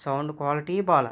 sound quality బాలేదు